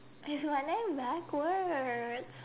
it's my name backwards